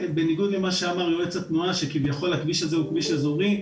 בניגוד למה שאמר יועץ התנועה שכביכול הכביש הזה הוא כביש אזורי,